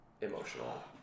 emotional